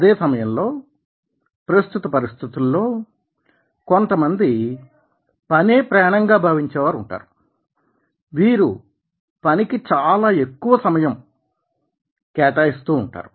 అదే సమయంలో ప్రస్తుత పరిస్థితులలో కొంతమంది పనే ప్రాణంగా భావించే వారు ఉంటారు వీరు పనికి చాలా ఎక్కువ సమయం కేటాయిస్తూ ఉంటారు